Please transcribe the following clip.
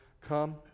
come